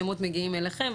השמות מגיעים אליכם,